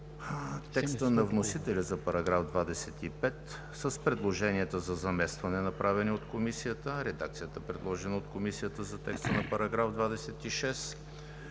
текста на вносителя за § 25 с предложенията за заместване, направени от Комисията; редакцията, предложена от Комисията за текста на § 26;